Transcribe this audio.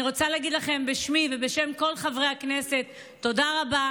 אני רוצה להגיד לכם בשמי ובשם כל חברי הכנסת תודה רבה